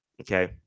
Okay